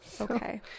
Okay